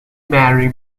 marry